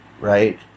right